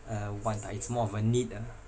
a want lah it's more of a need ah